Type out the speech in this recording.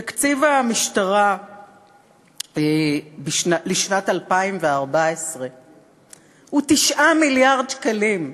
תקציב המשטרה לשנת 2014 הוא 9 מיליארד שקלים.